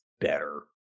better